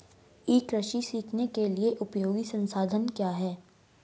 ई कृषि सीखने के लिए उपयोगी संसाधन क्या हैं?